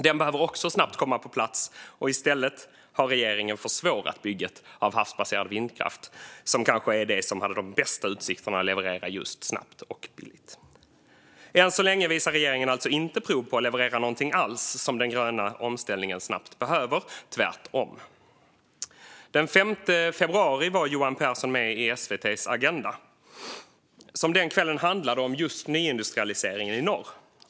Den behöver också snabbt komma på plats. I stället har regeringen försvårat bygget av havsbaserad vindkraft, som kanske är det som har de bästa utsikterna att leverera just snabbt och billigt. Än så länge visar regeringen alltså inte prov på att leverera någonting alls som den gröna omställningen snabbt behöver - tvärtom. Den 5 februari var Johan Pehrson med i SVT:s Agenda , som den kvällen handlade om just nyindustrialiseringen i norr.